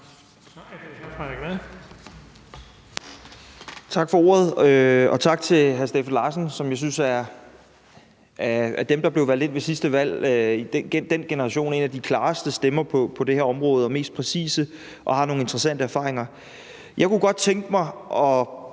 Tak for ordet. Og tak til hr. Steffen Larsen, som, synes jeg, af dem, der blev valgt ind ved sidste valg – i den generation – er en af de klareste stemmer på det her område og mest præcise, og som har nogle interessante erfaringer. Jeg kunne godt tænke mig at